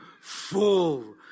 full